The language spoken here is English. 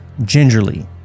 gingerly